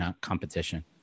competition